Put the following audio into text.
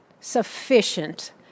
sufficient